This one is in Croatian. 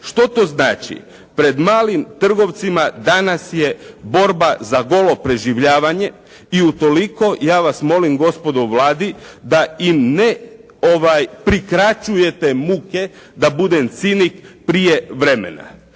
Što to znači? Pred malim trgovcima danas je borba za golo preživljavanje i utoliko ja vas molim gospodo u Vladi, da im ne prikraćujete muke da budem cinik, prije vremena.